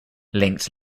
linked